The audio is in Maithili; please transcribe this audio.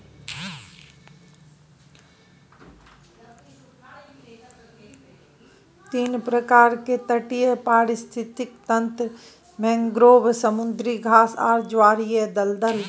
तीन प्रकार के तटीय पारिस्थितिक तंत्र मैंग्रोव, समुद्री घास आर ज्वारीय दलदल